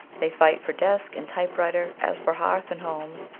they fight for desk and typewriter as for hearth and home,